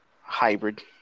hybrid